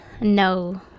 No